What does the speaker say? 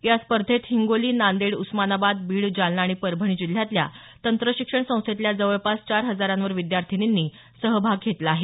या स्पर्धेत हिंगोली नांदेड उस्मानाबाद बीड जालना आणि परभणी जिल्ह्यातल्या तंत्रशिक्षण संस्थेतल्या जवळपास चार हजारावर विद्यार्थीनींनी सहभाग घेतला आहे